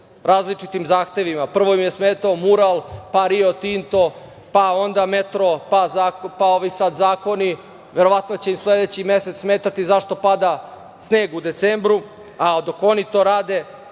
različitim zahtevima. Prvo im je smetao mural, pa „Rio Tinto“, pa metro, pa sad zakoni, verovatno će im sledeći mesec smetati zašto pada sneg u decembru. Dok oni to rade,